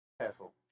careful